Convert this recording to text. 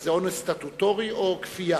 זה אונס סטטוטורי או כפייה?